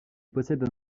possède